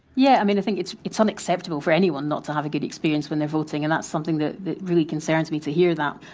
yeah, i mean i think it's it's unacceptable for anyone not to have a good experience when they're voting and that's something that that really concerns to me to hear that.